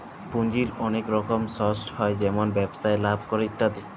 পুঁজির ওলেক রকম সর্স হ্যয় যেমল ব্যবসায় লাভ ক্যরে ইত্যাদি